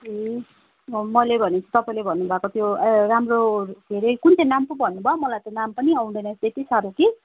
ए हो मैले भनेको तपाईँले भन्नुभएको त्यो ए राम्रो के अरे कुन चाहिँ नाम पो भन्नुभयो मलाई त नाम पनि आउँदैन त्यति साह्रो कि